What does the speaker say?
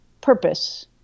purpose